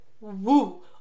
woo